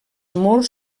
murs